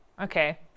Okay